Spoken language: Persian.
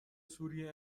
سوری